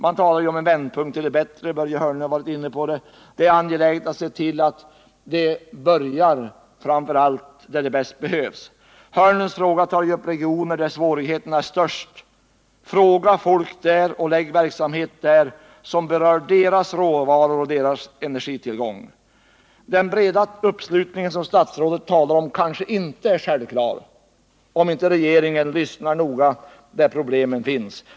Man talar ju om en vändpunkt till det bättre — Börje Hörnlund har varit inne på det — och det är angeläget att se till att en förbättring börjar där den bäst behövs. Börje Hörnlunds fråga rör regioner där svårigheterna är som störst. Lägg verksamhet där och rådfråga folk där — det är deras råvaror och deras energitillgångar som berörs. Det kanske inte är så självklart att vi får den breda uppslutning som statsrådet talade om, ifall regeringen inte lyssnar noga på dem som arbetar där problemen finns.